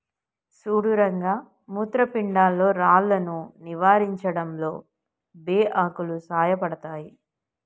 సుడు రంగ మూత్రపిండాల్లో రాళ్లను నివారించడంలో బే ఆకులు సాయపడతాయి